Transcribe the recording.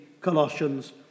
Colossians